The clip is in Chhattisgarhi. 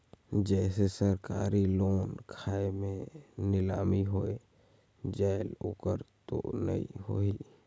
जैसे सरकारी लोन खाय मे नीलामी हो जायेल ओकर तो नइ होही?